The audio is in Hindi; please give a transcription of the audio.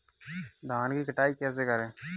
धान की कटाई कैसे करें?